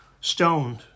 stoned